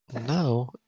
No